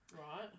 Right